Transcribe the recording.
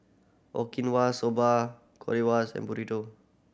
Okinawa Soba Currywurst and Burrito